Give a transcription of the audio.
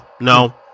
no